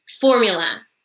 formula